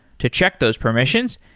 to check those permissions,